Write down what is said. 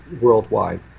worldwide